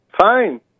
Fine